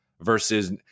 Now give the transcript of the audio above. versus